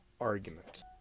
argument